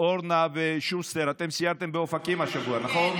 אורנה ושוסטר, אתם סיירתם באופקים השבוע, נכון?